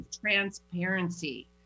transparency